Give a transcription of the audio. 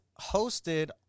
hosted